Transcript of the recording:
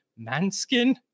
manskin